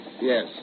yes